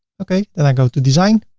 okay. then i go to design